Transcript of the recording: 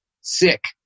Sick